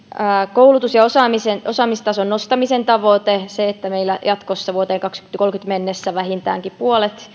koulutus ja osaamistason nostamisen tavoite se että meillä jatkossa vuoteen kaksituhattakolmekymmentä mennessä vähintäänkin puolet